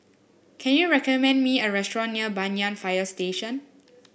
can you recommend me a restaurant near Banyan Fire Station